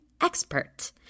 expert